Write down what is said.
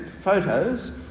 photos